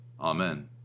amen